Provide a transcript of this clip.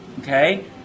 Okay